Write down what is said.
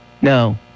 No